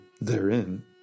therein